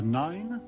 nine